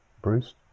Bruce